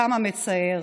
וכמה מצער